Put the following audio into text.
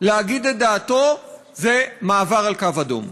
להגיד את דעתו זה מעבר על קו אדום.